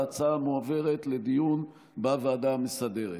ההצעה מועברת לדיון בוועדה המסדרת.